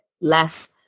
less